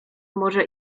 może